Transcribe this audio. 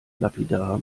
lapidar